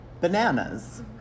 bananas